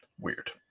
Weird